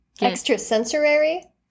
Extrasensory